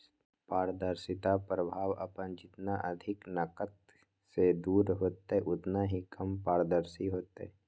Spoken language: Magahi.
पारदर्शिता प्रभाव अपन जितना अधिक नकद से दूर होतय उतना ही कम पारदर्शी होतय